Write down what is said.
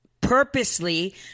purposely